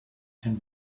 can